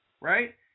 right